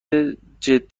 جدی